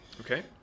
okay